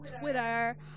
Twitter